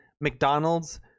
mcdonald's